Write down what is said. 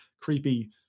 creepy